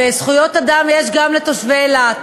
וזכויות אדם יש גם לתושבי אילת,